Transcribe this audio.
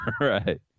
right